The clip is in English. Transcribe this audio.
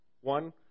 One